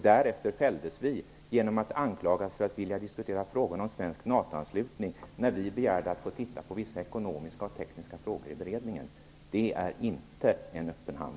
Därefter fälldes vi genom att anklagas för att vilja diskutera frågan om svensk NATO-anslutning när vi begärde att få titta på vissa ekonomiska och tekniska frågor i beredningen. Det är inte en öppen hand.